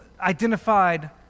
identified